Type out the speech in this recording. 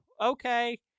okay